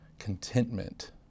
contentment